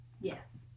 yes